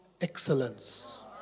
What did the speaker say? excellence